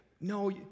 no